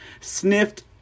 sniffed